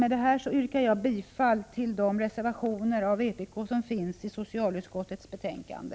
Med detta yrkar jag bifall till de reservationer från vpk som finns i socialutskottets betänkande.